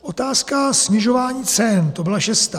Otázka snižování cen, to byla šestá.